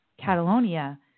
Catalonia